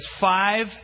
five